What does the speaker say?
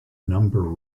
number